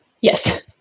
Yes